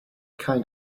kind